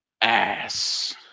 ass